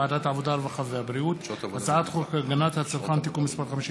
הודעה לסגן מזכירת הכנסת.